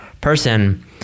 person